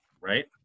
right